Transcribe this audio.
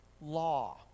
law